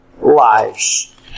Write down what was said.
lives